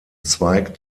zweig